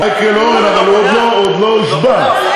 מייקל אורן, אבל הוא עוד לא הושבע.